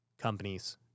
companies